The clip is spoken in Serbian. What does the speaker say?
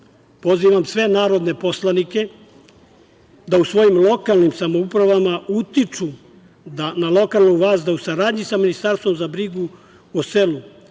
selu. Pozivam sve narodne poslanike da u svojim lokalnim samoupravama utiču na lokalnu vlast da u saradnji sa Ministarstvom za brigu o selu